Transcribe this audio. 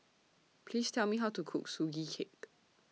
Please Tell Me How to Cook Sugee Cake